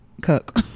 Cook